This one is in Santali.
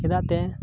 ᱪᱮᱫᱟᱜ ᱛᱮ